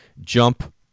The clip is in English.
jump